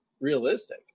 realistic